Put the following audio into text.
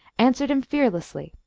answered him fearlessly,